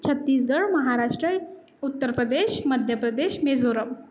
Chhattisgarh Maharashtra Uttar Pradesh Madhya Pradesh Mizoram